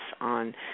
on